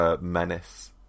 menace